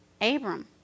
Abram